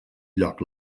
lloc